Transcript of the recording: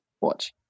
watch